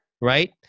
Right